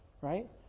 right